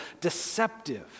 deceptive